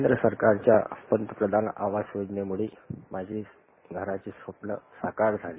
केंद्र सरकारच्या पंतप्रधान आवास योजनेमधून माझे घराचे स्वप्न साकार झाले